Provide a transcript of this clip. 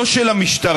לא של המשטרה,